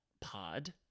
pod